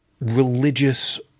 religious